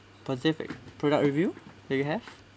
positive ex~ product review do you have